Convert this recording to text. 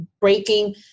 breaking